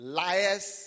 liars